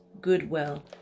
goodwill